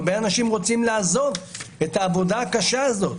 הרבה אנשים רוצים לעזוב את העבודה הקשה הזו.